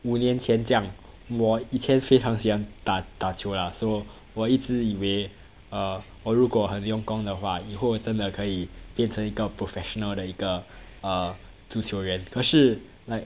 五年前这样我以前非常喜欢打打球啦 so 我一直以为 err 我如果很用功的话以后真的可以变成一个 professional 的一个 err 足球员可是 like